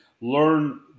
learn